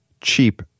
cheap